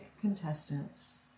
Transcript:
contestants